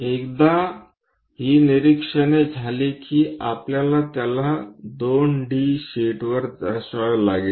एकदा ही निरीक्षणे झाली की आपल्याला त्याला 2 डी शीटवर दर्शवावे लागेल